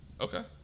Okay